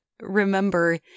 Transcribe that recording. remember